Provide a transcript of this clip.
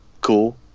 cool